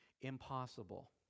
impossible